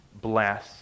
bless